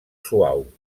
suau